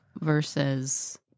versus